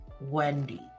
wendy